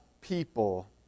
people